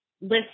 list